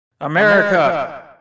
America